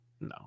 no